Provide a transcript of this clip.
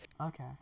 Okay